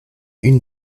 une